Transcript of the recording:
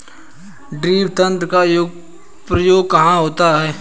Drip तंत्र का उपयोग कहाँ होता है?